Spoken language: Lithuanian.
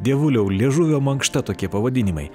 dievuliau liežuvio mankšta tokie pavadinimai